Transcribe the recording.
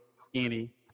skinny